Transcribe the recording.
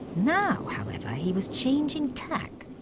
now, however, he was changing tack.